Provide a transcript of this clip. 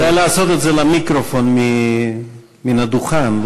כדאי לעשות את זה למיקרופון מן הדוכן,